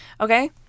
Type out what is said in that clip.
Okay